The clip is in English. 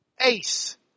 Ace